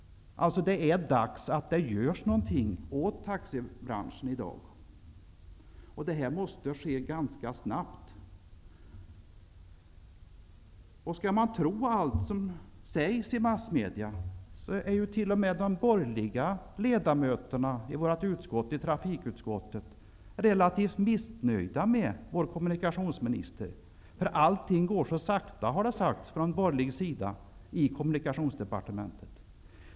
Det är dags att något görs åt taxibranschen, och det måste ske ganska snabbt. Om man skall tro allt som sägs i massmedia är t.o.m. de borgerliga ledamöterna i trafikutskottet relativt missnöjda med vår kommunikationsminister. Allting går så sakta i kommunikationsdepartementet har de borgerliga sagt.